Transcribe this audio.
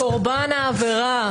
לקורבן העבירה.